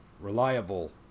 reliable